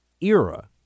era